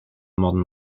modern